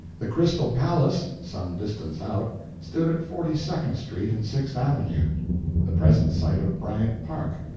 the crystal palace some distance out stood at forty-second street and sixth avenue the present site of bryant park.